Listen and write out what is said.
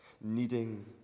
needing